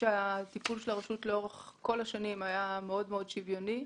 אני חושבת שהטיפול של הרשות לאורך כל השנים היה מאוד מאוד שוויוני,